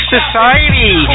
Society